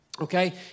okay